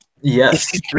Yes